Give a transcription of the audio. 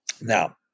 Now